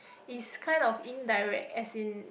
is kind of indirect as in